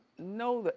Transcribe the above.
no,